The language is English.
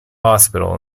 hospital